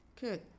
Good